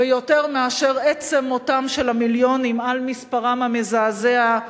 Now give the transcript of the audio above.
יותר מאשר עצם מותם של המיליונים על מספרם המזעזע,